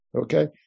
Okay